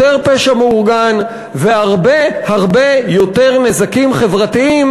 יותר פשע מאורגן והרבה הרבה יותר נזקים חברתיים,